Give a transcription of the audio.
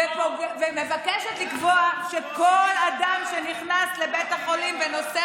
ומבקשת לקבוע שכל אדם שנכנס לבית החולים ונושא